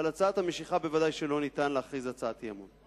ועל הצעת המשיכה ודאי שלא ניתן להכריז הצעת אי-אמון.